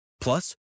Plus